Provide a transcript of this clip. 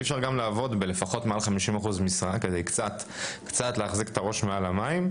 אי אפשר לעבוד בלפחות 50% משרה כדי קצת להחזיק את הראש מעל המים,